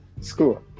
school